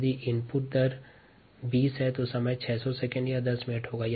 यदि input rate 20 है तो समय 600 सेकंड या 10 मिनट होगा